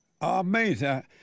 Amazing